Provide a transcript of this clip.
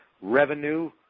revenue